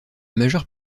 majeure